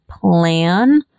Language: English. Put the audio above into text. plan